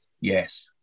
Yes